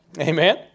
Amen